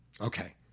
Okay